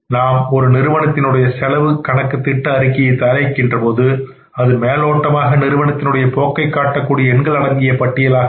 நாம் ஒரு நிறுவனத்தினுடைய செலவு கணக்கு திட்ட அறிக்கையை தயாரிக்கின்ற பொழுது அது மேலோட்டமாக நிறுவனத்தின் உடைய போக்கை காட்டக்கூடிய எண்கள் அடங்கிய பட்டியலாக இருக்கும்